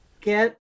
get